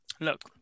Look